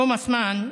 תומאס מאן,